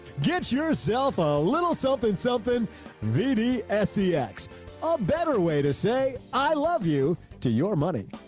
get yourself a little self and something really scx a better way to say, i love you too. your money.